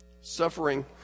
Suffering